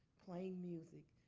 playing music.